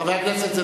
חבר הכנסת טיבי,